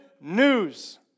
news